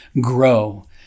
grow